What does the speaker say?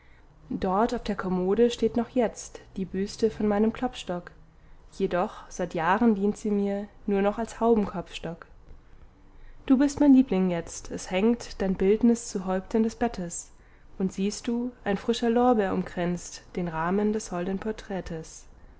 dort auf der kommode steht noch jetzt die büste von meinem klopstock jedoch seit jahren dient sie mir nur noch als haubenkopfstock du bist mein liebling jetzt es hängt dein bildnis zu häupten des bettes und siehst du ein frischer lorbeer umkränzt den rahmen des holden porträtes